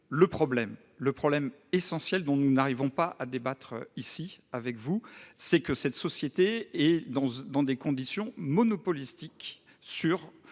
Le problème essentiel, dont nous ne parvenons pas à débattre avec vous, est que cette société est dans une situation monopolistique sur